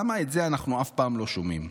למה את זה אנחנו אף פעם לא שומעים?